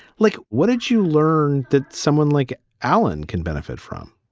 like what did you learn that someone like alan can benefit from?